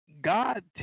God